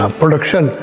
production